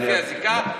לפי הזיקה,